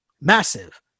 massive